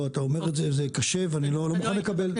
אתה אומר את זה, וזה קשה, ואני לא מוכן לקבל.